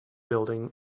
building